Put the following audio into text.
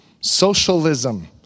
socialism